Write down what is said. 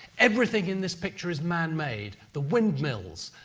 everything in this picture is manmade the windmills,